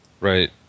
right